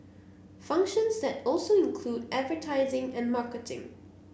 functions that also include advertising and marketing